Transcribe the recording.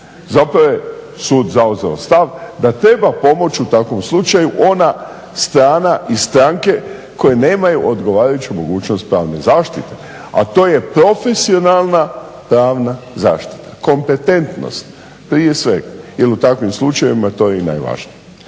zato je sud zauzeo stav da treba pomoći u takvom slučaju ona strana i stranke koje nemaju odgovarajuću mogućnost pravne zaštite. A to je profesionalna pravna zaštita. Kompetentnost prije svega. Jer u takvim slučajevima to je i najvažnije.